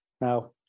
Now